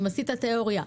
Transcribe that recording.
אם עשית תיאוריה.